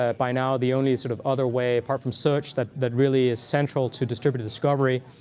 ah by now the only sort of other way, apart from search, that that really is central to distributed discovery.